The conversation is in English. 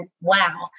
wow